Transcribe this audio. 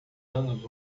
anos